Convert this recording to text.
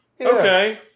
Okay